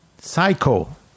Psycho